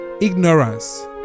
ignorance